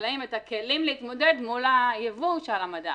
ולחקלאים את הכלים להתמודד מול הייבוא שעל המדף.